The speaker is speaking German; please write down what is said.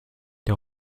der